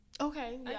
Okay